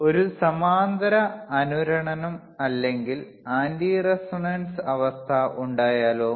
ഇപ്പോൾ ഒരു സമാന്തര അനുരണനം അല്ലെങ്കിൽ ആന്റി റെസൊണൻസ് അവസ്ഥ ഉണ്ടായാലോ